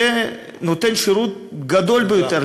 שנותן שירות גדול ביותר,